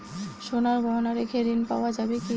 সোনার গহনা রেখে ঋণ পাওয়া যাবে কি?